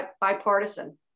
bipartisan